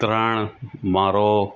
ઉત્તરાયણ મારો